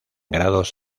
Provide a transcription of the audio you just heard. grados